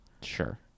Sure